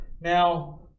Now